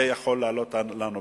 זה יכול לעלות לנו ביוקר.